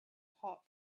hot